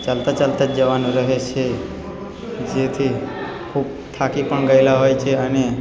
ચાલતા ચાલતા જ જવાનું રહે છે જેથી ખૂબ થાકી પણ ગયેલા હોય છે અને